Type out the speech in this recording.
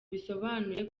bisobanuye